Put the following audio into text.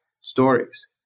stories